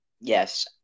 Yes